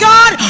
God